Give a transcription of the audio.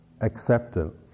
acceptance